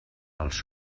els